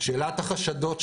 שאלת החשדות שעלו,